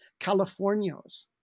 Californios